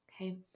Okay